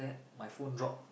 my phone drop